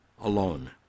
alone